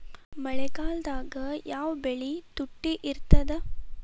ಮಳೆಗಾಲದಾಗ ಯಾವ ಬೆಳಿ ತುಟ್ಟಿ ಇರ್ತದ?